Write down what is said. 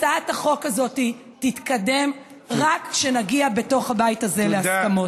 הצעת החוק הזאת תתקדם רק כשנגיע בתוך הבית הזה להסכמות.